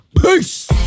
Peace